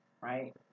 right